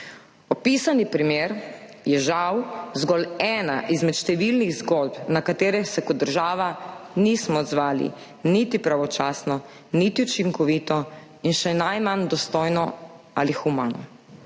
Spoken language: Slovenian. Opisani primer je žal zgolj ena izmed številnih zgodb, na katere se kot država nismo odzvali niti pravočasno niti učinkovito in še najmanj dostojno ali humano.